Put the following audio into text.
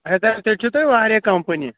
اَچھا تِیٚلہِ چھُو تُہۍ واریاہ کَمپٕنی